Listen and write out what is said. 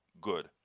good